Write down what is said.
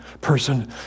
person